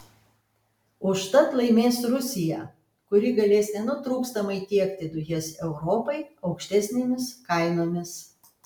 užtat laimės rusija kuri galės nenutrūkstamai tiekti dujas europai aukštesnėmis kainomis